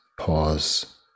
Pause